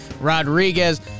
Rodriguez